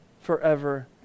forever